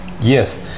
Yes